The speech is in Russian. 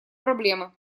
проблемы